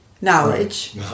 knowledge